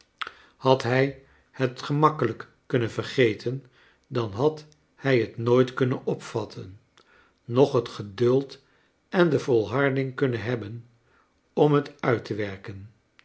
had hij het gemakkelijk kunnen vergeten dan had hij het nooit kunnen opvatten noch het geduld en de volharding kunnen hebben oni het uit te werken